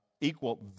equal